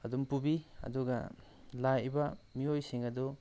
ꯑꯗꯨꯝ ꯄꯨꯕꯤ ꯑꯗꯨꯒ ꯂꯥꯛꯏꯕ ꯃꯤꯑꯣꯏꯁꯤꯡ ꯑꯗꯨ